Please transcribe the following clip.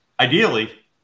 Ideally